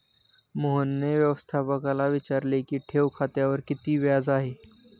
मोहनने व्यवस्थापकाला विचारले की ठेव खात्यावर किती व्याज आहे?